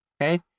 okay